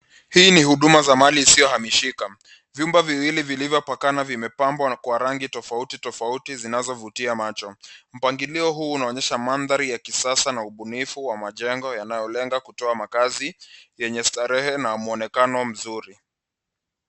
Hii ni huduma za mali isiyohamishika. Vyumba viwili vilivyopakana vimepambwa kwa rangi tofauti tofauti zinazovutia macho. Mpangilio huu unaonyesha mandhari ya kisasa na ubunifu wa majengo yanayolenga kutoa makazi yenye starehe na mwonekano mzuri.